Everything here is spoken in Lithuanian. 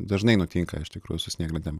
dažnai nutinka iš tikrųjų su snieglentėm